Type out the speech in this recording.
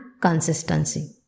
consistency